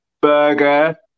burger